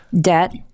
Debt